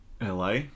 LA